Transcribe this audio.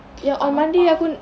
tak nampak